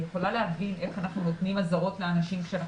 אני יכולה להבין איך אנחנו נותנים אזהרות כשאנחנו